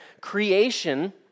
creation